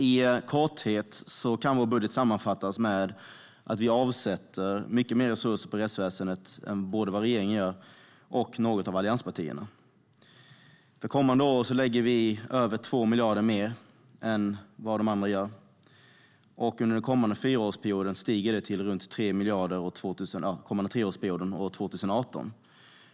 I korthet kan vår budget sammanfattas med att vi avsätter mycket mer resurser på rättsväsendet än vad både regeringen och något av allianspartierna gör. För kommande år lägger vi över 2 miljarder mer än vad de andra gör, och under den kommande treårsperioden stiger detta till runt 3 miljarder år 2018.